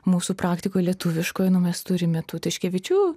mūsų praktikoj lietuviškoj nu mes turime tų tiškevičių